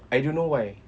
I don't know why